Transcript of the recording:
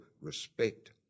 respect